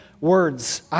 words